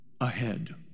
ahead